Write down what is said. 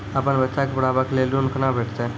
अपन बच्चा के पढाबै के लेल ऋण कुना भेंटते?